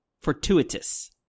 fortuitous